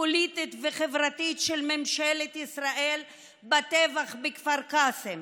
פוליטית וחברתית של ממשלת ישראל בטבח בכפר קאסם.